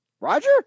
Roger